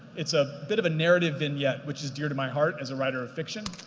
it's a bit of a narrative vignette, which is dear to my heart as a writer of fiction.